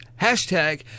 hashtag